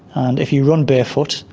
and if you run barefoot,